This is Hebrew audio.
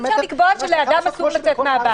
אי אפשר לקבוע שלאדם אסור בכלל לצאת מהבית.